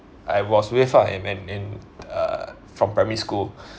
I was with ah in in in uh from primary school